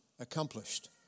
accomplished